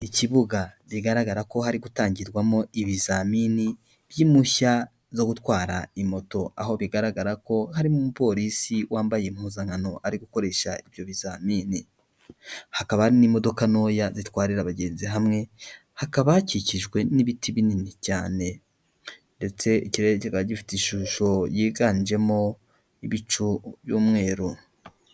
Ikibuga bigaragara ko hari gutangirwamo ibizamini by'impushya zo gutwara moto, aho bigaragara ko harimo umupolisi wambaye impuzankano ari gukoresha ibyo bizamini, hakaba hari n'imodoka ntoya zitwarira abagenzi hamwe, hakaba hakikijwe n'ibiti binini cyane ndetse ikirere kika gifite ishusho yiganjemo ibicu by'umweru.